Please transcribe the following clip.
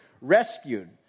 rescued